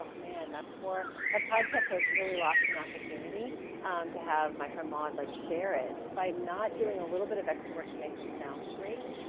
man, that poor ah podcast host really lost an opportunity to have my friend maude like share it. just by not doing a little bit of extra work to make her sound great,